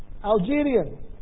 Algerian